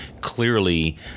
clearly